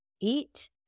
eat